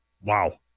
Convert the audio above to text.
Wow